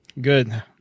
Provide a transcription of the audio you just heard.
Good